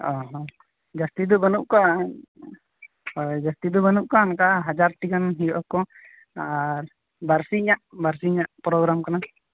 ᱚᱼᱦᱚ ᱡᱟᱹᱥᱛᱤᱫᱚ ᱵᱟᱹᱱᱩᱜ ᱠᱚᱣᱟ ᱦᱳᱭ ᱡᱟᱹᱥᱛᱤᱫᱚ ᱵᱟᱹᱱᱩᱜ ᱠᱚᱣᱟ ᱚᱱᱠᱟ ᱦᱟᱡᱟᱨᱴᱤ ᱜᱟᱱ ᱦᱩᱭᱩᱜᱼᱟᱠᱚ ᱟᱨ ᱵᱟᱨᱥᱤᱧᱟᱜ ᱵᱟᱨᱥᱤᱧᱟᱜ ᱯᱨᱳᱜᱨᱟᱢ ᱠᱟᱱᱟ